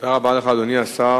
תודה רבה לך, אדוני השר.